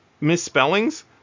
misspellings